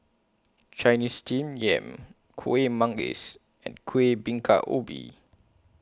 Chinese Steamed Yam Kuih Manggis and Kueh Bingka Ubi